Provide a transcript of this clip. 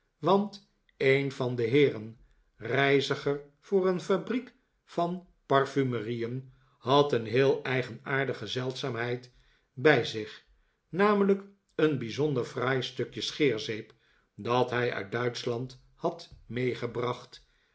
want een vande heeren reiziger voor een f abriek van parfumerieen had een heel eigenaardige zeldzaamheid bij zich namelijk een bijzonder fraai stukje scheerzeep dat hij uit duitschland had meegebracht